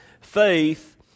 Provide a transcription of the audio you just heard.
Faith